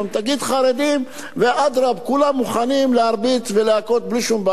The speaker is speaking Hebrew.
תגיד חרדים ו"אודרוב" כולם מוכנים להרביץ ולהכות בלי שום בעיה.